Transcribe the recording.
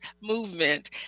movement